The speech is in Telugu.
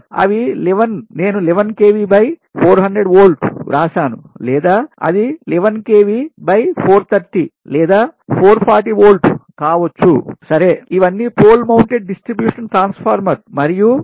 అవి 11 నేను 11kV 400 వోల్ట్ వ్రాసాను లేదా అది 11 కెవి 430 లేదా 440 వోల్ట్ కావచ్చు సరే ఇవన్నీ పోల్ మౌంటెడ్ డిస్ట్రిబ్యూషన్ ట్రాన్స్ఫార్ స్తంభము పై నిలబెట్టపడిన ట్రాన్స్ఫార్మర్ల ద్వారా పంపిణీ